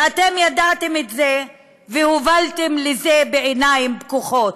ואתם ידעתם את זה והובלתם לזה בעיניים פקוחות.